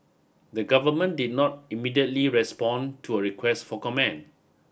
the government did not immediately respond to a request for comment